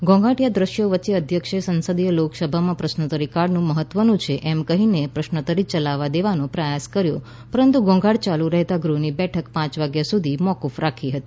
ઘોંઘાટીયા દ્રશ્યો વચ્ચે અધ્યક્ષે સંસદીય લોકશાહીમાં પ્રશ્નોત્તરી કાળનું મહત્વનું છે એમ કહીને પ્રશ્નોત્તરી યલાવવા દેવાનો પ્રયાસ કર્યો પરંતુ ઘોંઘાટ યાલુ રહેતાં ગૃહની બેઠક પાંચ વાગ્યા સુધી મોકૂફ રાખી હતી